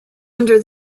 under